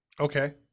Okay